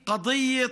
הישגים.